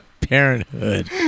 Parenthood